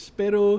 pero